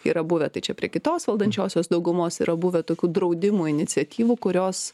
yra buvę tai čia prie kitos valdančiosios daugumos yra buvę tokių draudimų iniciatyvų kurios